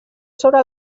sobre